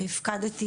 שהפקדתי,